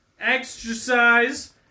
exercise